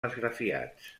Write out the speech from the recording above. esgrafiats